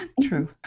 true